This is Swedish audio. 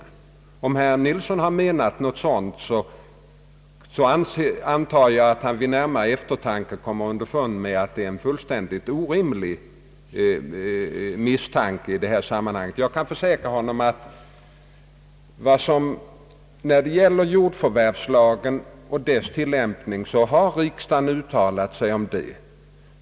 Om herr Nilsson har menat något sådant, antar jag att han vid närmare eftertanke kommer underfund med att det är en fullständigt orimlig misstanke. Jag kan påminna honom att riksdagen har uttalat sig om jordförvärvslagen och dess tillämpning.